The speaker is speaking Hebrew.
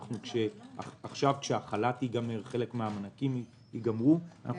עכשיו כשהחל"ת ייגמר וחלק מהמענקים ייגמרו אנחנו